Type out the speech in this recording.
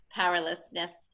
powerlessness